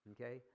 okay